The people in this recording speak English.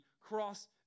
cross